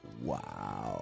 Wow